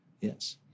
Yes